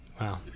Wow